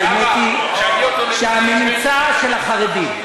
האמת היא שהממוצע של החרדים,